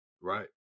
Right